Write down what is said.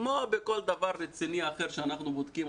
כמו בכל דבר רציני אחר שאנחנו בודקים,